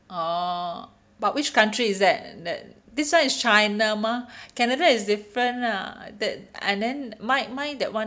orh but which country is that that this one is china mah canada is different lah that and then mine mine that one